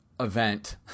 Event